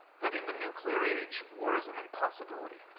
that in the nuclear age war is an impossibility,